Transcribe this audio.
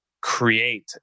create